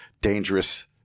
dangerous